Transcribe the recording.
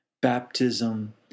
Baptism